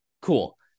Cool